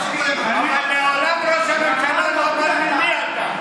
אבל מעולם ראש הממשלה לא אמר לי "מי אתה".